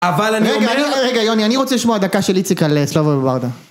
אבל אני אומר... רגע, רגע, רגע, יוני, אני רוצה לשמוע דקה של איציק על סטובל וורדה.